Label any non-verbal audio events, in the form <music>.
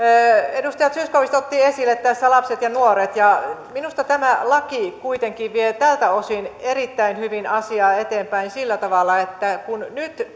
edustaja zyskowicz otti esille tässä lapset ja nuoret minusta tämä laki kuitenkin vie tältä osin erittäin hyvin asiaa eteenpäin siinä mielessä että nyt <unintelligible>